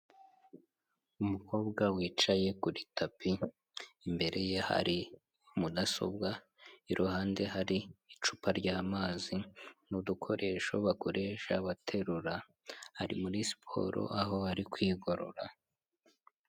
Umukobwa wicaye kuri tapi, imbere ye hari mudasobwa, iruhande hari icupa ry'amazi, n'udukoresho bakoresha baterura, ari muri siporo aho ari kwigorora.